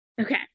Okay